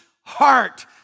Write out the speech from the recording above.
heart